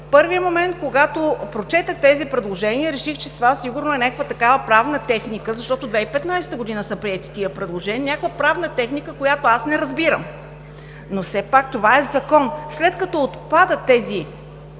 първия момент, когато прочетох тези предложения, реших, че това е сигурно някаква правна техника, защото в 2015 г. са приети тези предложения. Някаква правна техника, която аз не разбирам. Но все пак това е закон. След като отпадат тези